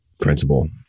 principle